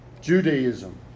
Judaism